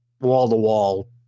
wall-to-wall